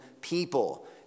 people